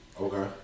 Okay